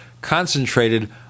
concentrated